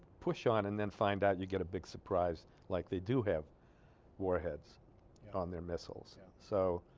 push on and then find out you get a big surprise like they do have warheads on their missiles yeah so